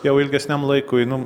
jau ilgesniam laikui nu